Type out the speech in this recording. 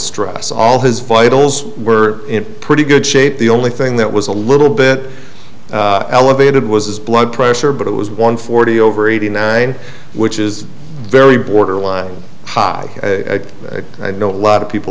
distress all his vitals were in pretty good shape the only thing that was a little bit elevated was his blood pressure but it was one forty over eighty nine which is very borderline high i know a lot of people